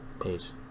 Peace